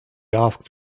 asked